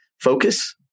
focus